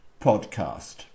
podcast